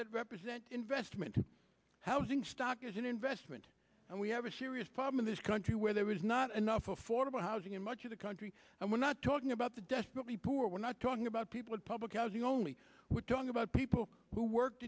that represent investment housing stock as an investment and we have a serious problem in this country where there is not enough affordable housing in much of the country and we're not talking about the desperately poor we're not talking about people in public housing only we're talking about people who worked